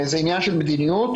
זה עניין של מדיניות.